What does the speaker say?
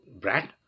Brad